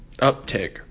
Uptick